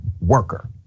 worker